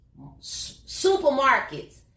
supermarkets